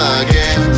again